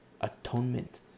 atonement